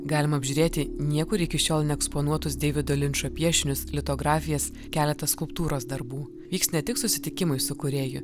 galima apžiūrėti niekur iki šiol neeksponuotus deivido linčo piešinius litografijas keletą skulptūros darbų vyks ne tik susitikimai su kūrėju